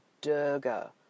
durga